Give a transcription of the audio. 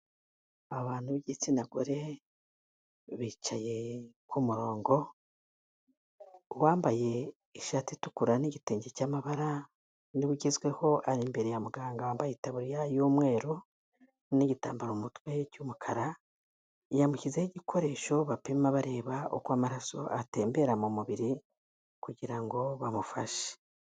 Abantu b'igitsina gore bicaye ku murongo, uwambaye ishati itukura n'igitenge cy'amabara, ni we ugezweho ari imbere ya muganga wambaye itaburiya y'umweru n'igitambaro mutwe cy'umukara, yamushyizeho igikoresho bapima bareba uko amaraso atembera mu mubiri, kugira ngo bamufashe.